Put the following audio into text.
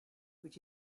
which